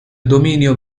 dominio